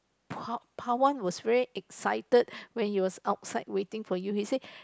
Pawan was very excited when you was outside waiting for you he say